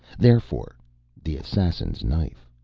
therefore the assassin's knife.